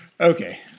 Okay